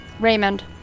Raymond